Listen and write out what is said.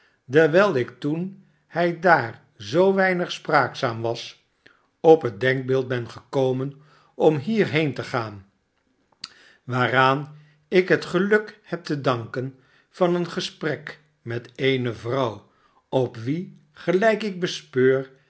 dewijl ik toen hij daar zoo weinig spraakzaam was op het denkbeeld ben gekomen om hier heen te gaan waaraan ik het geluk heb te danken van een gesprek met eene vrouw op wie gelijk ik bespeur